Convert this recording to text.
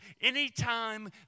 Anytime